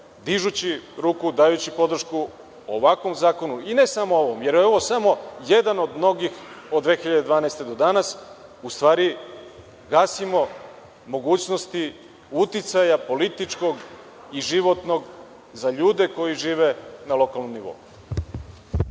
dižući ruku, dajući podršku ovakvom zakonu. I ne samo ovom, jer je ovo samo jedan od mnogih od 2012. godine do danas. U stvari, gasimo mogućnosti uticaja političkog i životnog za ljude koji žive na lokalnom nivou.